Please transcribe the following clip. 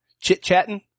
Chit-chatting